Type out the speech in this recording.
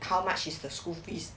how much is the school fees